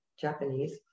Japanese